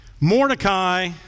Mordecai